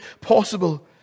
possible